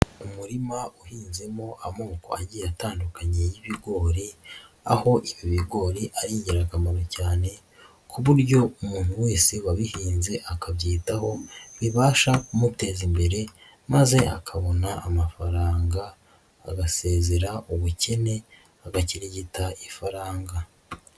Umurima uhinzemo amoko agiye atandukanye y'ibigori, aho ibi bigori ari ingirakamaro cyane ku buryo umuntu wese wabihinze akabyitaho bibasha kumuteza imbere maze akabona amafaranga agasezera ubukene agakirigita ifaranga.